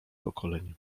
pokoleń